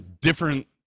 different